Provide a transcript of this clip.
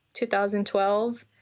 2012